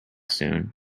soon